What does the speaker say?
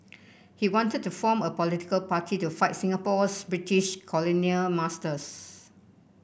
he wanted to form a political party to fight Singapore's British colonial masters